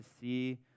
see